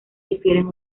difieren